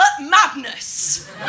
Madness